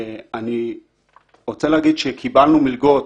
קיבלנו מלגות